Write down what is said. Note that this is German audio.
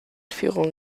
führung